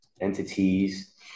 Entities